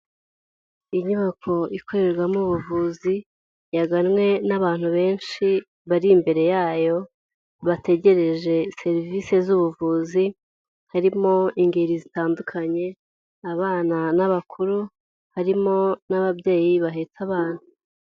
Iyubako ikorerwamo ubuvuzi yaganwe n'abantu benshi bari imbere yayo bategereje serivisi z'ubuvuzi, harimo ingeri zitandukanye abana n'abakuru harimo n'ababyeyi bahehita abana.